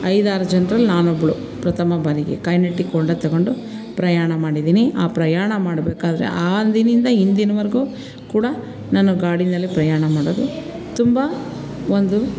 ಐದಾರು ಜನ್ರಲ್ಲಿ ನಾನೊಬ್ಬಳು ಪ್ರಥಮ ಬಾರಿಗೆ ಕೈನೆಟಿಕ್ ಒಂಡ ತಗೊಂಡು ಪ್ರಯಾಣ ಮಾಡಿದ್ದೀನಿ ಆ ಪ್ರಯಾಣ ಮಾಡಬೇಕಾದ್ರೆ ಅಂದಿನಿಂದ ಇಂದಿನವರ್ಗೂ ಕೂಡ ನಾನು ಗಾಡಿಯಲ್ಲೇ ಪ್ರಯಾಣ ಮಾಡೋದು ತುಂಬ ಒಂದು